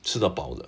吃得饱的